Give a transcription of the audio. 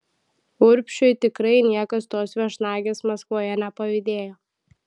urbšiui tikrai niekas tos viešnagės maskvoje nepavydėjo